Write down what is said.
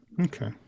Okay